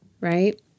right